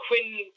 Quinn